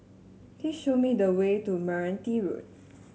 please show me the way to Meranti Road